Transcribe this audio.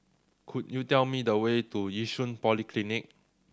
could you tell me the way to Yishun Polyclinic